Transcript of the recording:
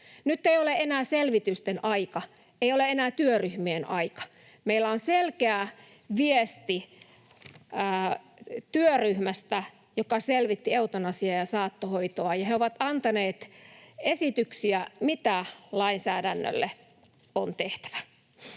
Nyt ei ole enää selvitysten aika, ei ole enää työryhmien aika. Meillä on selkeä viesti työryhmästä, joka selvitti eutanasiaa ja saattohoitoa, ja he ovat antaneet esityksiä, mitä lainsäädännölle on tehtävä.